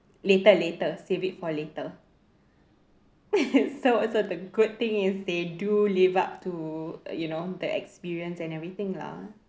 later later save it for later so so the good thing is they do live up to uh you know the experience and everything lah